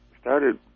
started